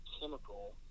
chemical